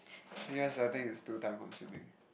because I think it's too time-consuming